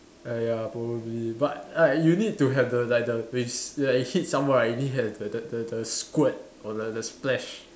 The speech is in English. ah ya probably but uh you need to have the like the s~ like you hit somewhere right you need to have the the the squirt or the the splash